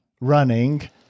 running